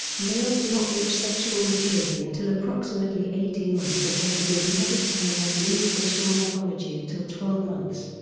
males do not reach sexual maturity until approximately eighteen months of age and they do not obtain their unique facial morphology until twelve months.